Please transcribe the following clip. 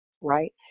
right